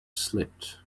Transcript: slipped